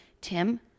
Tim